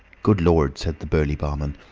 good lord! said the burly barman.